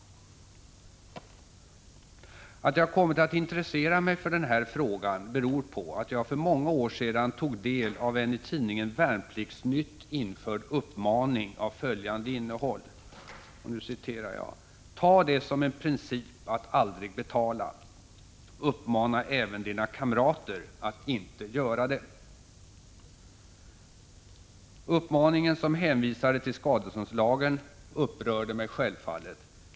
6 maj 1986 Att jag kommit att intressera mig för denna fråga beror på att jag för många år sedan tog del av en i tidningen Värnpliktsnytt införd uppmaning av följande innehåll: ”Ta det som en princip att aldrig betala. Uppmana även dina kamrater att inte göra det.” Uppmaningen, som hänvisade till skadeståndslagen, upprörde mig självfallet.